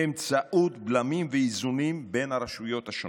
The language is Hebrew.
באמצעות בלמים ואיזונים בין הרשויות השונות.